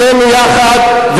שנינו יחד,